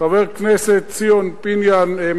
חבר הכנסת ציון פיניאן,